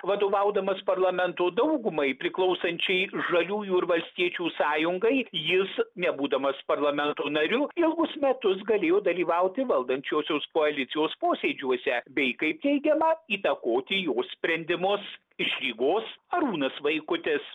vadovaudamas parlamento daugumai priklausančiai žaliųjų ir valstiečių sąjungai jis nebūdamas parlamento nariu ilgus metus galėjo dalyvauti valdančiosios koalicijos posėdžiuose bei kaip teigiama įtakoti jų sprendimus iš rygos arūnas vaikutis